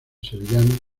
sevillano